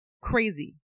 Crazy